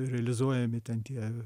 realizuojami ten tie